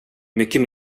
mycket